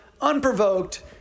unprovoked